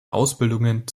ausbildungen